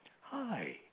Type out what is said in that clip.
hi